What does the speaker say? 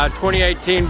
2018